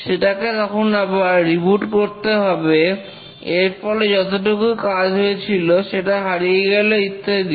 সেটাকে তখন আবার রিবুট করতে হবে এর ফলে যতটুকু কাজ হয়েছিল সেটা হারিয়ে গেল ইত্যাদি